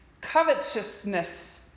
covetousness